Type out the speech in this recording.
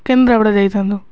କେନ୍ଦ୍ରାପଡ଼ା ଯାଇଥାନ୍ତୁ